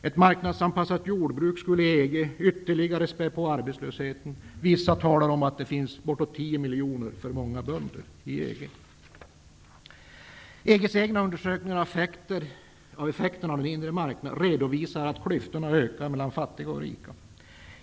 Ett marknadsanpassat jordbruk i EG skulle ytterligare späda på arbetslösheten. Vissa säger att det finns upp till tio miljoner för många bönder i EG:s egna undersökningar av effekterna av den inre marknaden redovisar att klyftorna ökar mellan fattiga och rika.